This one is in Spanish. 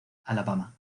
alabama